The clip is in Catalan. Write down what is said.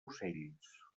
ocells